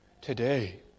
today